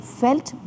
felt